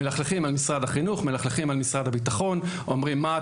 מלכלכים על משרד החינוך; מלכלכים על משרד הביטחון; אומרים: "מה,